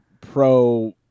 pro –